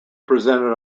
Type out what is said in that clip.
presented